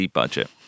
budget